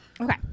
Okay